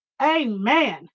Amen